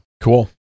cool